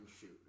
shoot